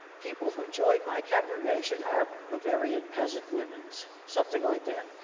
people who join my congregation are bavarian peasant women, something like that.